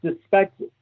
suspect